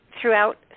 Throughout